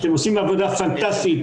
אתם עושים עבודה פנטסטית,